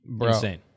Insane